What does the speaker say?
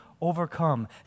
overcome